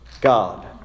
God